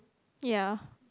ya